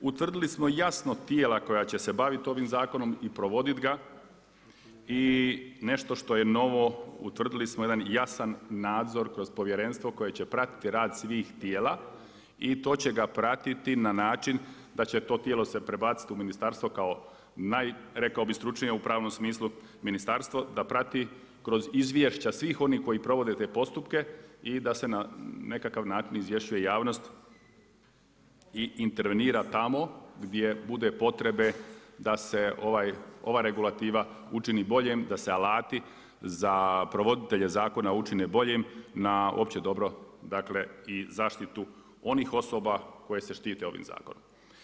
Utvrdili smo jasno tijela koja će se bavit ovim zakonom i provodit ga i nešto što je novo utvrdili smo jedan jasan nadzor kroz povjerenstvo koje će pratiti rad svih tijela i to će ga pratiti na način da će to tijelo se prebaciti u ministarstvo kao naj rekao bih stručnije u pravnom smislu ministarstvo da prati kroz izvješća svih onih koji provode te postupke i da se na nekakav način izvješćuje javnost i intervenira tamo gdje bude potrebe da se ova regulativa učini boljim, da se alati za provoditelje zakona učine boljim na opće dobro, dakle i zaštitu onih osoba koje se štite ovim zakonom.